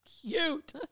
Cute